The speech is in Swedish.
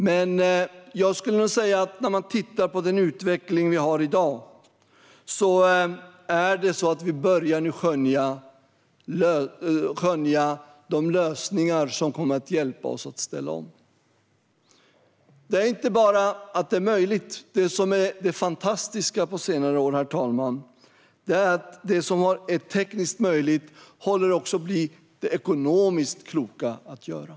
Men jag skulle nog säga att när man tittar på den utveckling som vi har i dag börjar man nu skönja de lösningar som kommer att hjälpa oss att ställa om. Det handlar inte bara om att det är möjligt. Det som är det fantastiska på senare år är att det som är tekniskt möjligt också håller på att bli det ekonomiskt kloka att göra.